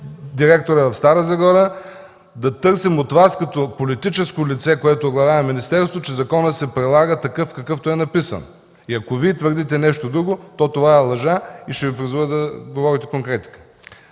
директора в Стара Загора; да търсим от Вас, като политическо лице, което оглавява министерството, гаранция, че законът се прилага такъв, какъвто е написан. Ако Вие твърдите нещо друго, то това е лъжа и ще Ви призова да говорите конкретно.